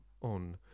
on